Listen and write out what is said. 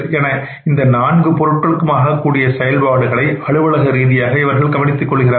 என இந்த நான்கு பொருட்களுக்கும் ஆகக்கூடிய செயல்பாடுகளை அலுவலக ரீதியாக கவனித்துக் கொள்கிறார்கள்